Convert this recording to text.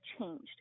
changed